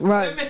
Right